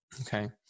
okay